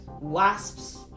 wasps